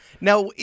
Now